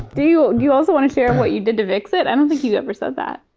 do you you also wanna share what you did to fix it? i don't think you ever said that.